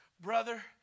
Brother